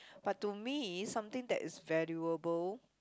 but to me something that is valuable